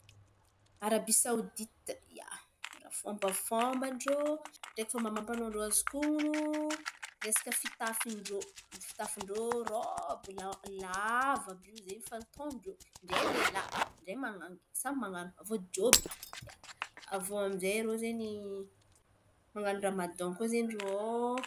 Arabia Saodity, ia, fômbafômban-drô ndraiky fômba amam-panao, ny ten̈a azoko honon̈o, resaka fômba fitafin-drô. Fitafian-drô rôby la- lava àby iô zen̈y fataon-drô, ndray lehilahy, ndray man̈angy, aviô jôby, ia. Aviô aminjay rô zen̈y, man̈ano ramadan koa zen̈y rô ao.